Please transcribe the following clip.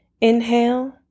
inhale